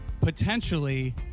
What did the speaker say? potentially